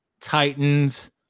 Titans